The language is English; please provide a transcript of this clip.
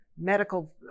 medical